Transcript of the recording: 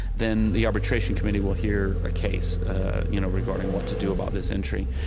then the arbitration committee will hear a case you know regarding what to do about this entry.